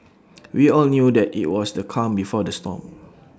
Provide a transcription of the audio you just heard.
we all knew that IT was the calm before the storm